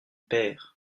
paire